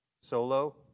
solo